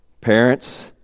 Parents